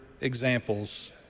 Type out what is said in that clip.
examples